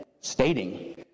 Stating